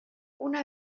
una